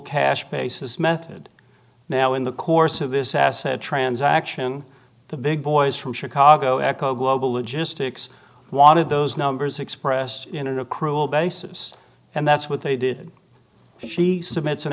cash basis method now in the course of this asset transaction the big boys from chicago echo global logistics wanted those numbers expressed in an accrual basis and that's what they did she submit